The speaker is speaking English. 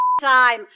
time